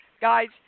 Guys